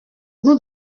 nous